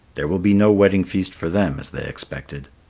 there will be no wedding feast for them as they expected.